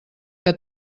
que